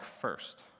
first